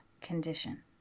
condition